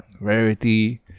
Rarity